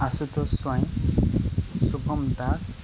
Ashutosh Swain Shubham Das